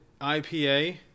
IPA